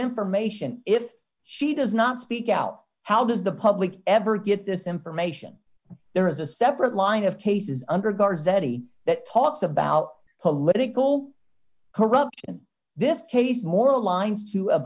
information if she does not speak out how does the public ever get this information there is a separate line of cases under guard steady talks about political corruption this case more aligns to a